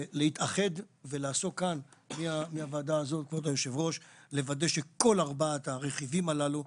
להתאחד ולעסוק כאן כבוד היו"ר לוודא שכל ארבע הרכיבים הללו,